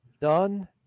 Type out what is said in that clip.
done